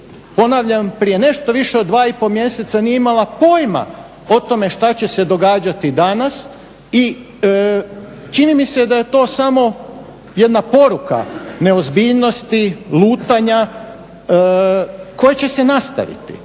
ponavljam, prije nešto više od 2 i pol mjeseca nije imala pojma o tome što će se događati danas i čini mi se da je to samo jedna poruka neozbiljnosti, lutanja koje će se nastaviti